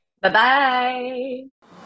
Bye-bye